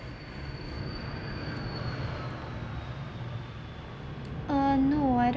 uh no I don't